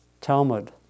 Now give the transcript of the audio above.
Talmud